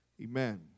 amen